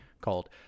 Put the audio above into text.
called